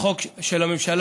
החוק של הממשלה